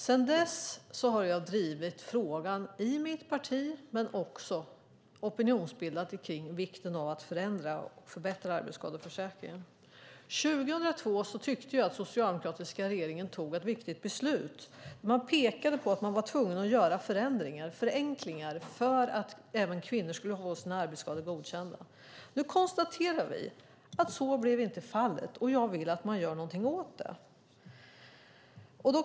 Sedan dess har jag drivit frågan i mitt parti men också opinionsbildat om vikten av att förändra och förbättra arbetsskadeförsäkringen. År 2002 tyckte jag att den socialdemokratiska regeringen fattade ett viktigt beslut när man pekade på att man var tvungen att göra förändringar, förenklingar, för att även kvinnor skulle få sina arbetsskador godkända. Nu konstaterar vi att så inte blev fallet, och jag vill att det görs någonting åt det.